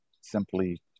simply